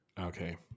Okay